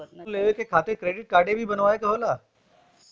Loan लेवे खातिर credit काडे भी बनवावे के होला?